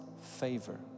favor